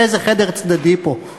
באיזה חדר צדדי פה.